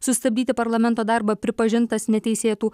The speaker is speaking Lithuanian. sustabdyti parlamento darbą pripažintas neteisėtu